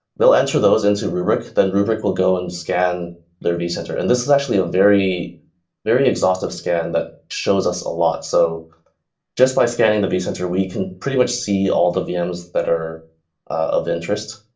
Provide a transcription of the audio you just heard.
they'll enter those into rubrik, then rubrik will go and scan their vcenter, and this is actually a very very exhaustive scan that shows us a lot. so just by scanning the vcenter, we can pretty much see all the vms that are of interest.